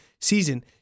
season